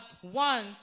one